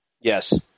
Yes